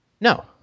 No